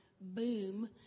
boom